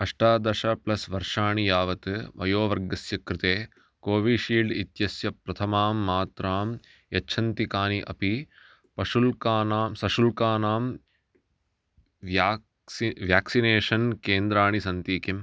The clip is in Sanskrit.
अष्टदश प्लस् वर्षाणि यावत् वयोवर्गस्य कृते कोविशील्ड् इत्यस्य प्रथमां मात्रां यच्छन्ति कानि अपि वशुल्कानां सशुल्कानां व्याक्सि व्याक्सिनेषन् केन्द्राणि सन्ति किम्